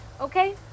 okay